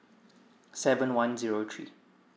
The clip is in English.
seven one zero three